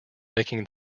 making